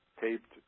Taped